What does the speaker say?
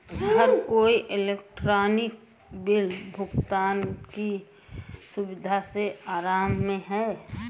हर कोई electronic bill भुगतान की सुविधा से आराम में है